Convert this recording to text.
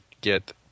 get